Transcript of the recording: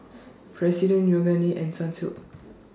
President Yoogane and Sunsilk